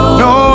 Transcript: no